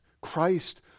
Christ